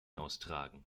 austragen